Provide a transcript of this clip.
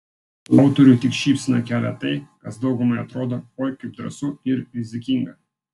autoriui tik šypseną kelia tai kas daugumai atrodo oi kaip drąsu ir rizikinga